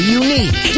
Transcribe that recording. unique